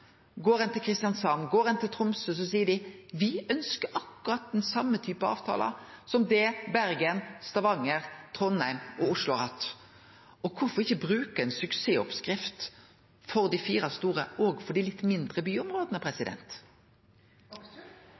Kristiansand og Tromsø seier dei at dei ønskjer akkurat den same typen avtalar som det Bergen, Stavanger, Trondheim og Oslo har hatt. Kvifor ikkje bruke ei suksessoppskrift som i dei fire store byane, òg for dei litt mindre